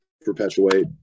perpetuate